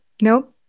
Nope